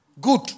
good